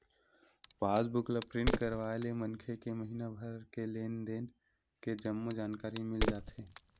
पास book ल print करवाय ले मनखे के महिना भर के लेन देन के जम्मो जानकारी मिल जाथे